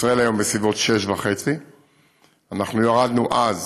וישראל היום בסביבות 6.5. אנחנו ירדנו אז